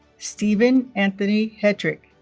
steven anthony hetrick